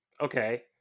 Okay